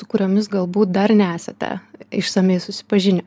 su kuriomis galbūt dar nesate išsamiai susipažinę